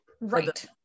right